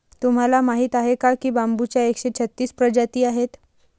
तुम्हाला माहीत आहे का बांबूच्या एकशे छत्तीस प्रजाती आहेत